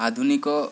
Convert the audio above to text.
आधुनिक